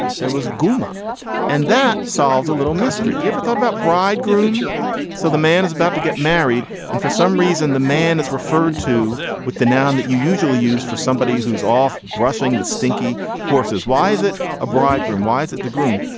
there was guma and that solves a little mystery. you ever thought about bridegroom. so the man is about to get married and for some reason the man is referred to with the noun that you usually use for somebody who's off brushing the stinky horses why is it a bride groom why is it the groom.